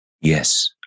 Yes